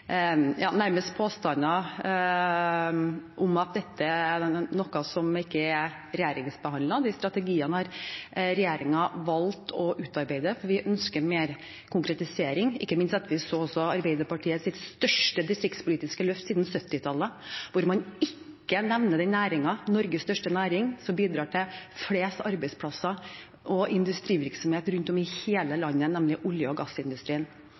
nærmest – påstander om at dette er noe som ikke er regjeringsbehandlet. De strategiene har regjeringen valgt å utarbeide fordi vi ønsker mer konkretisering – ikke minst også etter at vi så Arbeiderpartiets største distriktspolitiske løft siden 1970-tallet, hvor man ikke nevner den næringen, Norges største næring, som bidrar til flest arbeidsplasser og industrivirksomhet rundt om i hele landet, nemlig olje- og gassindustrien.